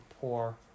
Poor